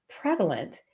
prevalent